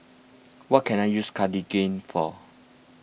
what can I use Cartigain for